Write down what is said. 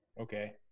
Okay